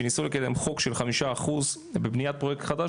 שניסו לקדם חוק של חמישה אחוז בבניית פרויקט חדש,